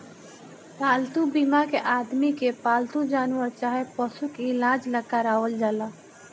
पालतू बीमा के आदमी के पालतू जानवर चाहे पशु के इलाज ला करावल जाला